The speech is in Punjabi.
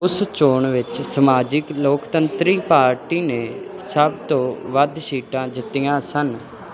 ਉਸ ਚੋਣ ਵਿੱਚ ਸਮਾਜਿਕ ਲੋਕਤੰਤਰੀ ਪਾਰਟੀ ਨੇ ਸਭ ਤੋਂ ਵੱਧ ਸੀਟਾਂ ਜਿੱਤੀਆਂ ਸਨ